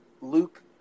Luke